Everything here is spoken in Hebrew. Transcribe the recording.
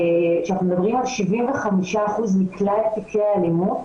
כשאנחנו מדברים 75% מכלל תיקי האלימות